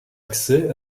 accès